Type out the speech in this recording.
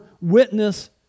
witness